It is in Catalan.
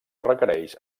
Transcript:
requereix